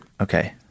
Okay